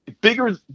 bigger